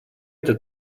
это